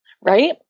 Right